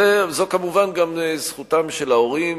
זו כמובן גם זכותם של ההורים,